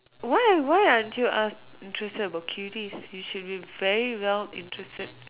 why aren't why aren't you interested about cuties you should be very well interested